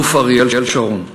אלוף אריאל שרון.